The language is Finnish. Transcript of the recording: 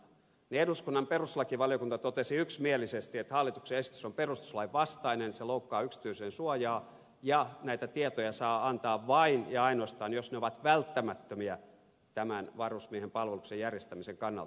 eduskunnan perustuslakivaliokunta totesi yksimielisesti että hallituksen esitys on perustuslain vastainen se loukkaa yksityisyydensuojaa ja näitä tietoja saa antaa vain ja ainoastaan jos ne ovat välttämättömiä tämän varusmiehen palveluksen järjestämisen kannalta